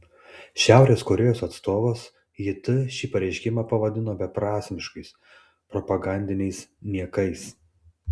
šiaurės korėjos atstovas jt šį pareiškimą pavadino beprasmiškais propagandiniais niekais